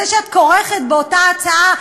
זה שאת כורכת באותה הצעה,